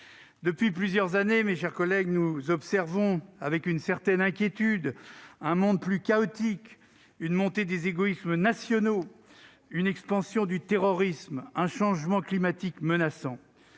Depuis plusieurs années, nous observons avec une certaine inquiétude un monde plus chaotique, une montée des égoïsmes nationaux, une expansion du terrorisme, un changement climatique menaçant.